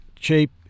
cheap